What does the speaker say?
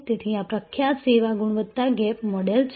તેથી આ પ્રખ્યાત સેવા ગુણવત્તા ગેપ મોડલ છે